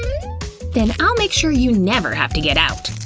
then i'll make sure you never have to get out!